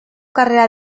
carrera